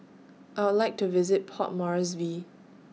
I Would like to visit Port Moresby